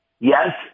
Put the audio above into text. Yes